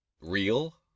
real